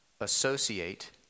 associate